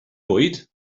fwyd